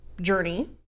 journey